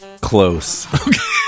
Close